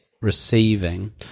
receiving